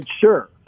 sure